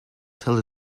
tell